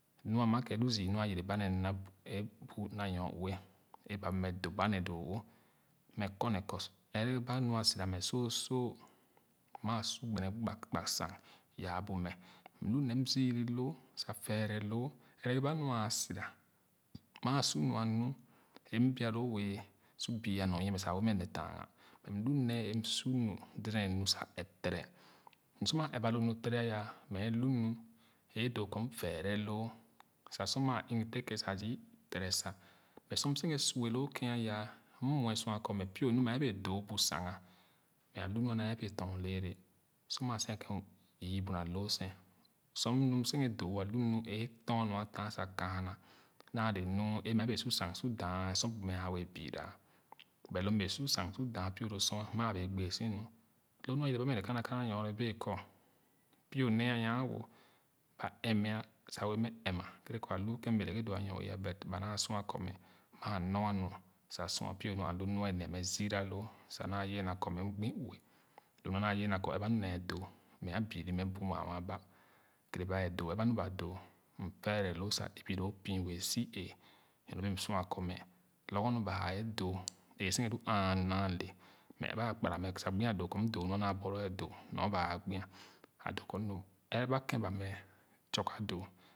Nua ma ken lu zü nu a yere ba ne m na e bu na nyoue e ba wɛɛ mɛ doba le doo wo mɛ kɔ ɛrɛ ba nu a sira mɛ soso maa su gbene gbag gbag sang yaa bu mɛ m lu nee m züni loo sa fɛɛrɛ loo ɛgere ba nu a sira maa su nua nu e m bua loo wɛɛ su buae nyo nyie sa awɛɛ ne nee tanga mɛ mlu nee m su inu dedén nu sa ɛp tere m sor maa ɛp ba lo nu tere aya mɛ e lu nu e doo kɔ m fɛɛrɛ loo sa sor maa igiten ken sa zü tere sa mɛ sor m seghe sua loo ken aya m muɛ sua kɔ mɛ pie nu mɛ bee yɔr leele sor maa senkàn yü bu na a tɔn nyo a taah sa kaana na le nu e mɛ bee su sang su da. Sor bu mɛ a bee biira but lo m bẽẽ su sang sor dɛɛ lo sor maa bee gbee so nu so lo nua yere ba mɛ kaana kaana nyo bee kɔ pio nee a nyanwo ba amia wɛɛ nɛ ɛnma kere. Kɔ a lu ken m bee leke doo a nyoee but ba naa sua kɔ mɛ maa nɔa nu sa sua pie nu a doo m bee ne nee züra loo sa na yere na kɔ mɛ a büra bu kere ba doo ɛrɛ ba nu ba doo fɛɛrɛloo sa. Ibiloo fü bẽẽ si ee nyone bee na sua kɔ mɛ lorgor mu bae doo e senken lu aanu naale m aba e kpara mɛ sa doo kɔ m doo nu a naa borloo e doo nia ba ãã gbia ɛrɛ ba ken ba tuga doo.